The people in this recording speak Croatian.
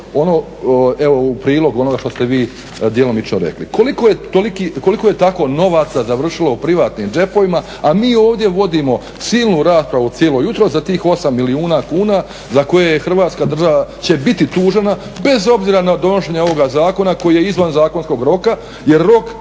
ono evo u prilog onoga što ste vi djelomično rekli. Koliko je tako novaca završilo u privatnim džepovima a mi ovdje vodimo silnu raspravu cijelo jutro za tih 8 milijuna kuna za koje će Hrvatska država biti tužena bez obzira na donošenje ovoga zakona koji je izvan zakonskog roka jer rok